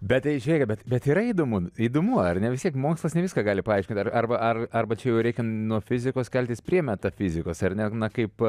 bet tai žiūrėkit bet bet yra įdomu įdomu ar ne vis tiek mokslas ne viską gali paaiškinti ar arba ar arba čia jau reikia nuo fizikos keltis prie metafizikos ar ne na kaip